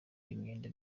imyenda